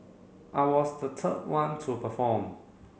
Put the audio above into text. I was the third one to perform